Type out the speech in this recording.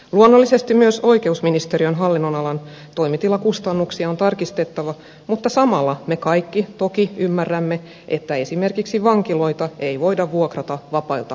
luonnollisesti myös oikeusministeriön hallinnonalan toimitilakustannuksia on tarkistettava mutta samalla me kaikki toki ymmärrämme että esimerkiksi vankiloita ei voida vuokrata vapailta markkinoilta